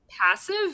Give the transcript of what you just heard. passive